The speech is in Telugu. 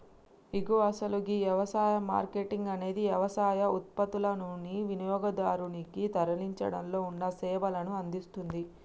ఇగో అసలు గీ యవసాయ మార్కేటింగ్ అనేది యవసాయ ఉత్పత్తులనుని వినియోగదారునికి తరలించడంలో ఉన్న సేవలను అందిస్తుంది